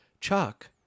Chuck